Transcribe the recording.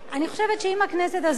אני חושבת שאם הכנסת הזאת,